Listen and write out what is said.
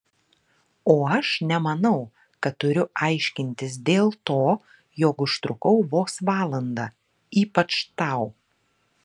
o aš nemanau kad turiu aiškintis dėl to jog užtrukau vos valandą ypač tau